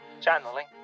Channeling